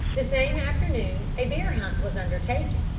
the same afternoon, a bear-hunt was undertaken,